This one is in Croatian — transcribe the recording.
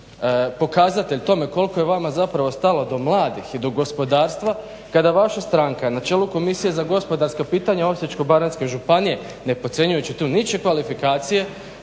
pokazatelj tome koliko je vama zapravo stalo do mladih i do gospodarstva kada vaša stranka na čelu Komisije za gospodarska pitanja Osječko-baranjske županije, ne podcjenjujući tu ničije kvalifikacije,